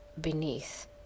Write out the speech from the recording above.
beneath